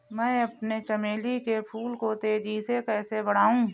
मैं अपने चमेली के फूल को तेजी से कैसे बढाऊं?